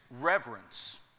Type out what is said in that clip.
reverence